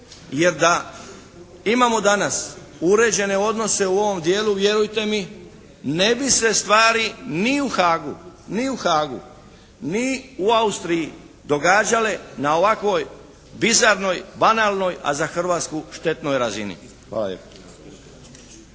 Jer da imamo danas uređene odnose u ovom djelu vjerujte mi ne bi se stvari ni u Haagu, ni u Haagu ni u Austriji događale na ovakvoj bizarnoj, banalnoj, a za Hrvatsku štetnoj razini.